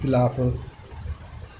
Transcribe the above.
इख़्तिलाफ़ु